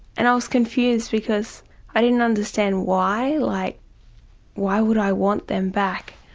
and i was confused because i didn't understand why, like why would i want them back?